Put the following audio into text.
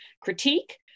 critique